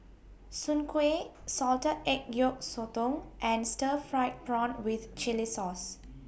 Soon Kway Salted Egg Yolk Sotong and Stir Fried Prawn with Chili Sauce